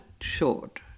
short